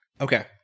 Okay